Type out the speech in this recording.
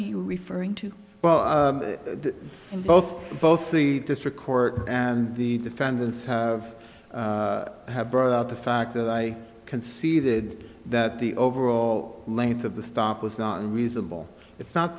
are you referring to well both both the district court and the defendants have have brought out the fact that i can see that that the overall length of the stop was not reasonable it's not